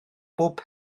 pob